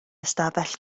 ystafell